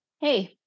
hey